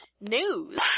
news